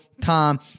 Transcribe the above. Tom